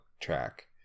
Track